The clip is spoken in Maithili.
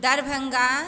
दरभङ्गा